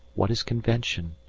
what is convention?